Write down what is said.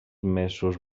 mesos